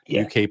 uk